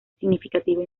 significativa